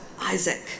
Isaac